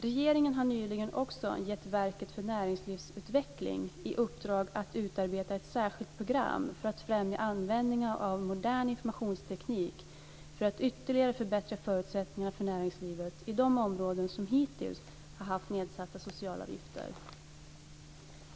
Regeringen har nyligen också gett Verket för näringslivsutveckling i uppdrag att utarbeta ett särskilt program för att främja användningen av modern informationsteknik för att ytterligare förbättra förutsättningarna för näringslivet i de områden som hittills har haft nedsatta socialavgifter.